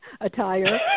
attire